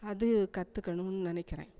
அது கற்றுக்கணுன்னு நினக்கிறேன்